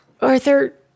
Arthur